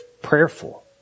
prayerful